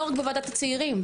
לא רק בוועדת הצעירים,